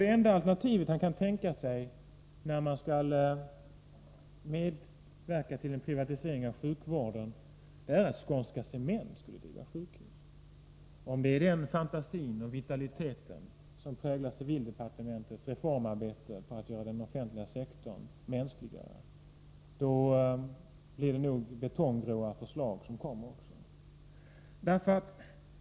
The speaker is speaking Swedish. Det enda alternativ han kan tänka sig när man skall medverka till en privatisering av sjukvården är att Skånska Cement skulle driva sjukhus. Om det är den fantasin och vitaliteten som präglar civildepartementets reformarbete när det gäller att göra den offentliga sektorn mänskligare, blir det nog betonggråa förslag som kommer.